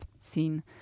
scene